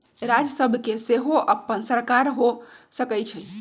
राज्य सभ के सेहो अप्पन सरकार हो सकइ छइ